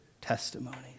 testimonies